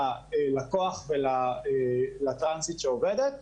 ללקוח ולטרנסית שעובדת.